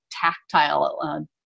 tactile